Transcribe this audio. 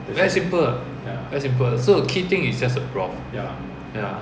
very simple very simple so key thing is just the broth ya